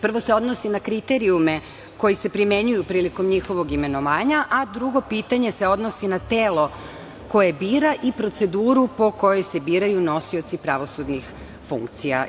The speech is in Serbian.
Prvo se odnosi na kriterijume koji se primenjuju prilikom njihovog imenovanja, a drugo pitanje se odnosi na telo koje bira i proceduru po kojoj se biraju nosioci pravosudnih funkcija.